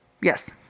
Yes